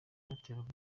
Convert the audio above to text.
byateraga